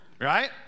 right